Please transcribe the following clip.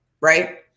right